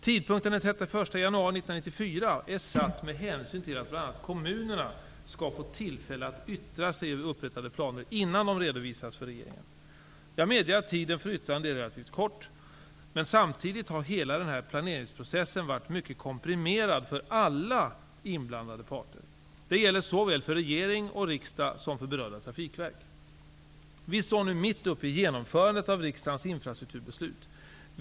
Tidpunkten den 31 januari 1994 är satt med hänsyn till att bl.a. kommunerna skall få tillfälle att yttra sig över upprättade planer innan de redovisas för regeringen. Jag medger att tiden för yttrande är relativt kort, men samtidigt har hela denna planeringsprocess varit mycket komprimerad för alla inblandade parter. Det gäller såväl för regering och riksdag som för berörda trafikverk. Vi står nu mitt uppe i genomförandet av riksdagens infrastrukturbeslut.